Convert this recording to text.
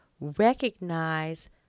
recognize